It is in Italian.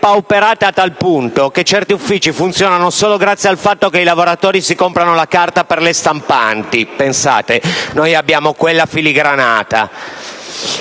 depauperata a tal punto che certi uffici funzionano solo grazie al fatto che i lavoratori si comprano la carta per le stampanti. Pensate, noi abbiamo quella filigranata.